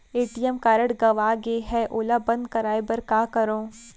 ATM card गंवा गे है ओला बंद कराये बर का करंव?